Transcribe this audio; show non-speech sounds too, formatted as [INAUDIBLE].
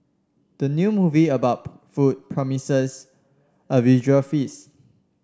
the new movie about [UNINTELLIGIBLE] food promises a visual feast